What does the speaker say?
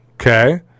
Okay